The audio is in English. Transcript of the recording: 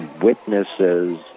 witnesses